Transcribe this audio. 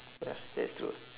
ya that's true ah